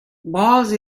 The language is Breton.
bras